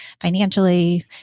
financially